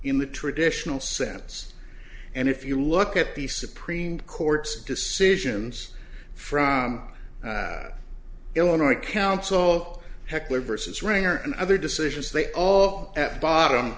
in the traditional sense and if you look at the supreme court's decisions from illinois counsel heckler versus rainer and other decisions they all at bottom